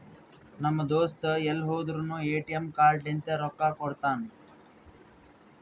ನಮ್ ದೋಸ್ತ ಎಲ್ ಹೋದುರ್ನು ಎ.ಟಿ.ಎಮ್ ಕಾರ್ಡ್ ಲಿಂತೆ ರೊಕ್ಕಾ ಕೊಡ್ತಾನ್